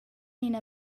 ina